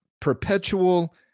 Perpetual